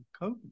covid